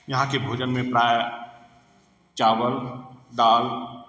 यहाँ के भोजन में प्राय चावल दाल